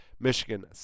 Michigan